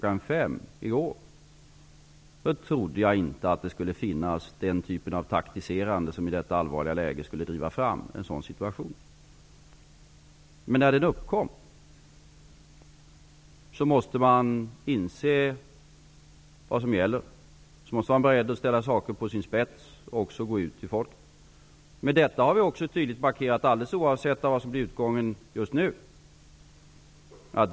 17.00 i går trodde jag inte att det skulle finnas den typen av taktiserande som i detta allvarliga läge skulle driva fram en sådan här situation. Men när situationen nu har uppkommit måste man inse vad som gäller. Man måste vara beredd att ställa saker på sin spets och gå ut till folket. Men detta har vi tydligt markerat alldeles oavsett vad som blir utgången just nu.